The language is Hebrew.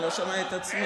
אני לא שומע את עצמי.